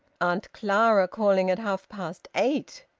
auntie clara calling at half-past eight!